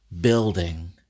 building